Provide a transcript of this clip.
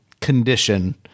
condition